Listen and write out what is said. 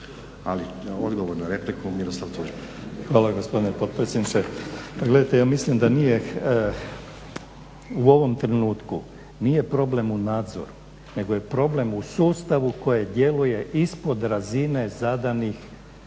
Miroslav Tuđmam. **Tuđman, Miroslav (HDZ)** Hvala gospodine potpredsjedniče. Pa gledajte ja mislim da nije u ovom trenutku nije problem u nadzoru nego je problem u sustavu koje djeluje ispod razine zadanih,